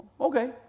Okay